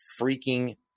freaking